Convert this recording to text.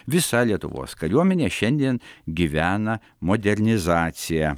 visa lietuvos kariuomenė šiandien gyvena modernizacija